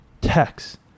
text